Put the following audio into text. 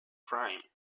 crime